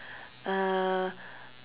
err